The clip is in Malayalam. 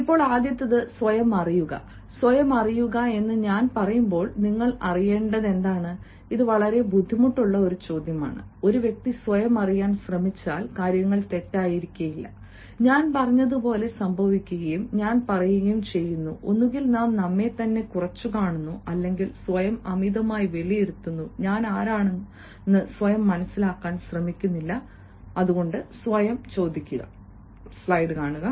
ഇപ്പോൾ ആദ്യത്തേത് സ്വയം അറിയുക സ്വയം അറിയുക എന്ന് ഞാൻ പറയുമ്പോൾ നിങ്ങൾ അറിയേണ്ടതെന്താണ് ഇത് വളരെ ബുദ്ധിമുട്ടുള്ള ചോദ്യമാണ് ഒരു വ്യക്തി സ്വയം അറിയാൻ ശ്രമിച്ചാൽ കാര്യങ്ങൾ തെറ്റായിരിക്കില്ല ഞാൻ പറഞ്ഞതുപോലെ സംഭവിക്കുകയും ഞാൻ പറയുകയും ചെയ്യുന്നു ഒന്നുകിൽ നാം നമ്മെത്തന്നെ കുറച്ചുകാണുന്നു അല്ലെങ്കിൽ സ്വയം അമിതമായി വിലയിരുത്തുന്നു ഞാൻ ആരാണെന്ന് സ്വയം മനസിലാക്കാൻ ശ്രമിക്കുന്നില്ല സ്വയം ചോദിക്കുക